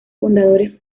fundadores